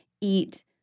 eat